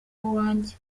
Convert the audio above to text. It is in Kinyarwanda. uwanjye